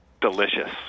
delicious